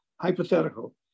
hypothetical